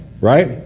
right